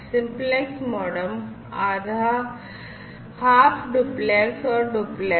simplex modem आधा duplex और duplex